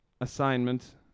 assignment